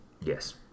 Yes